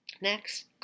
Next